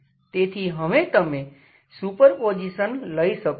તેથી હવે તમે સુપરપોઝિશન લઈ શકો છો